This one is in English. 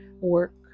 work